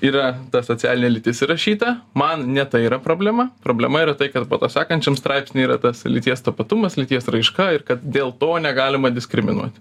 yra ta socialinė lytis įrašyta man ne tai yra problema problema yra tai kad po to sekančiam straipsny yra tas lyties tapatumas lyties raiška ir kad dėl to negalima diskriminuot